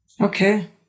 Okay